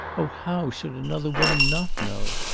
oh, how should another woman not know?